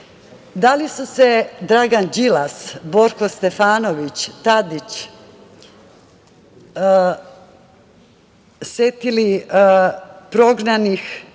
li su se Dragan Đilas, Borko Stefanović, Tadić setili prognanih